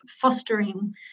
fostering